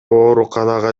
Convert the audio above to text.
ооруканага